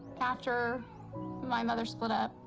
after my mother split up,